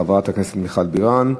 חברת הכנסת מיכל בירן,